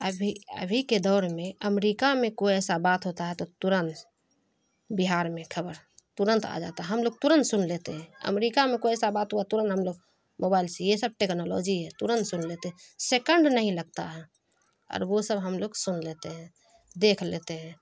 ابھی ابھی کے دور میں امریکہ میں کوئی ایسا بات ہوتا ہے تو ترنت بہار میں خبر ترنت آ جاتا ہے ہم لوگ ترنت سن لیتے ہیں امریکہ میں کوئی ایسا بات ہوا ترنت ہم لوگ موبائل سے یہ سب ٹیکنالوجی ہے ترنت سن لیتے سیکنڈ نہیں لگتا ہے اور وہ سب ہم لوگ سن لیتے ہیں دیکھ لیتے ہیں